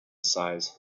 size